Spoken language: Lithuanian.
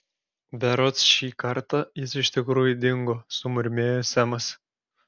berods šį kartą jis iš tikrųjų dingo sumurmėjo semas